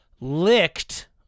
licked